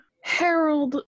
Harold